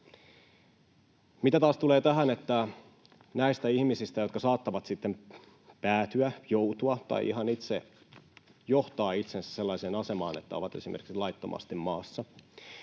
Mitä taas tulee tähän, että nämä ihmiset, jotka saattavat sitten päätyä, joutua tai ihan itse johtaa itsensä sellaiseen asemaan, että ovat esimerkiksi laittomasti maassa,